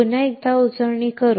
पुन्हा एकदा उजळणी करू